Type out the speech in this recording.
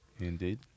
Indeed